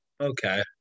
okay